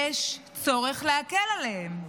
יש צורך להקל עליהם.